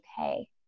okay